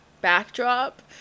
backdrop